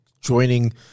joining